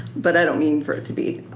but i don't mean for it to be.